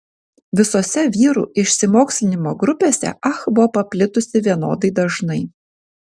visose vyrų išsimokslinimo grupėse ah buvo paplitusi vienodai dažnai